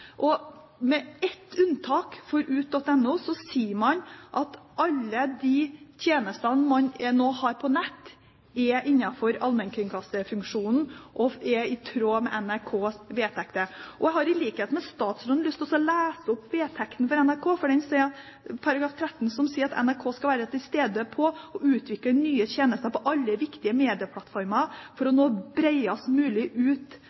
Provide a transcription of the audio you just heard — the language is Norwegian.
Med ett unntak, UT.no, sier man at alle de tjenester man nå har på nett, er innenfor allmennkringkasterfunksjonen og er i tråd med NRKs vedtekter. Jeg har, i likhet med statsråden, lyst til å lese opp fra § 13 i vedtektene til NRK, som sier: «NRK skal være til stede på, og utvikle nye tjenester på alle viktige medieplattformer for å nå bredest mulig ut